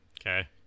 Okay